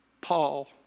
Paul